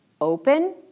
open